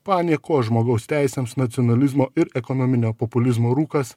paniekos žmogaus teisėms nacionalizmo ir ekonominio populizmo rūkas